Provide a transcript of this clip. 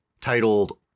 titled